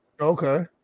Okay